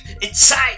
inside